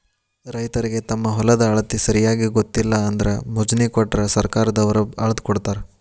ರೈತರಿಗೆ ತಮ್ಮ ಹೊಲದ ಅಳತಿ ಸರಿಯಾಗಿ ಗೊತ್ತಿಲ್ಲ ಅಂದ್ರ ಮೊಜ್ನಿ ಕೊಟ್ರ ಸರ್ಕಾರದವ್ರ ಅಳ್ದಕೊಡತಾರ